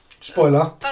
Spoiler